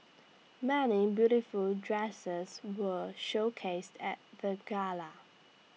many beautiful dresses were showcased at the gala